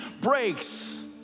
breaks